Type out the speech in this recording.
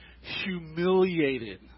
humiliated